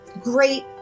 great